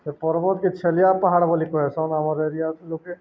ସେ ପର୍ବତକେ ଛେଲିଆ ପାହାଡ଼ ବୋଲି କହେସନ୍ ଆମ ଏରିଆ ଲୋକେ